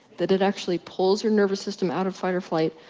that it actually pulls your nervous system out of fight or flight,